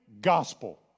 Gospel